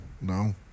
No